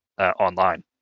online